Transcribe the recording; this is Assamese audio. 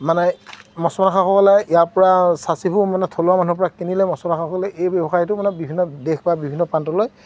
মানে মছলা ইয়াৰ পৰা চাচিবোৰ মানে থলুৱা মানুহৰ পৰা কিনিলে সকলে এই ব্যৱসায়টো মানে বিভিন্ন দেশ বা বিভিন্ন প্ৰান্তলৈ